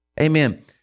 Amen